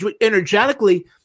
energetically